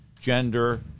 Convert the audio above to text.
gender